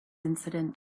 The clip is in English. incident